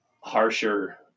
harsher